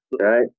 right